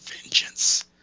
vengeance